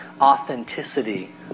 authenticity